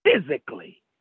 physically